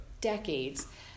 decades